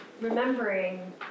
remembering